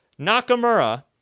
Nakamura